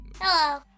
Hello